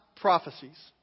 prophecies